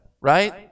right